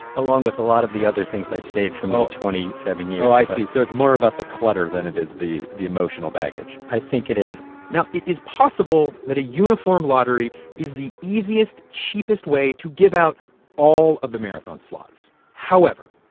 along with a lot of the other things i've saved from the twenty seven years i see. so it's more about the clutter than it is the the emotional baggage i think it is now, it is possible that a uniform lottery is the easiest, cheapest way to give out all of the marathon slots. however,